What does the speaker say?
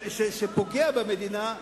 שפוגע במדינה,